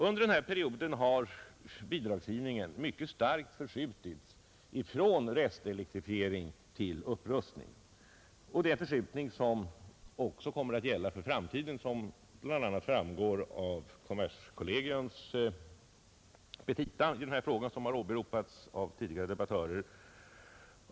Under denna period har bidragsgivningen mycket starkt förskjutits från restelektrifiering till upprustning. Det är en förskjutning som också kommer att gälla för framtiden, vilket bl.a. framgår av kommerskollegiums petita i denna fråga som åberopats av tidigare debattörer.